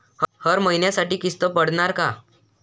हर महिन्यासाठी किस्त पडनार का?